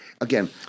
again